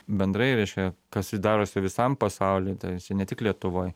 bendrai reiškia kas ir darosi visam pasauly tai čia ne tik lietuvoj